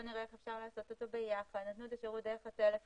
לראות איך אפשר לעשות אותו ביחד ונתנו את השירות דרך הטלפון.